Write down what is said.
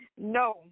No